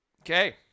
Okay